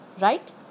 Right